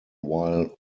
while